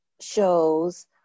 shows